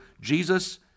Jesus